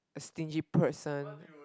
stingy person